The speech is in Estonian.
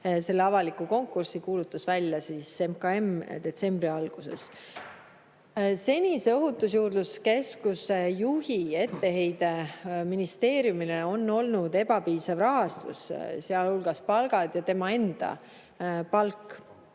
Selle avaliku konkursi kuulutas välja MKM detsembri alguses. Senise Ohutusjuurdluse Keskuse juhi etteheide ministeeriumile on olnud ebapiisav rahastus, sealhulgas palgad ja tema enda palk.